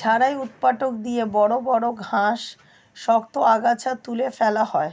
ঝাড়াই ঊৎপাটক দিয়ে বড় বড় ঘাস, শক্ত আগাছা তুলে ফেলা হয়